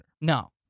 No